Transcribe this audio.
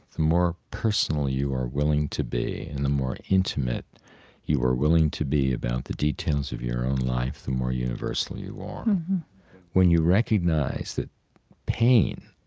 the more personal you are willing to be and the more intimate you are willing to be about the details of your own life, the more universal you are when you recognize that pain